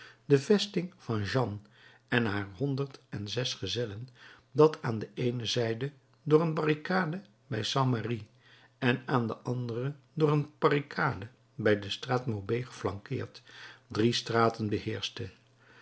de vesting van jeanne en haar honderd en zes gezellen dat aan de eene zijde door een barricade bij st merry en aan de andere door een barricade bij de straat maubuée geflankeerd drie straten beheerschte